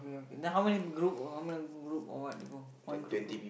then how many group how many group or what go one group two